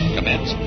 Commence